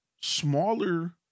smaller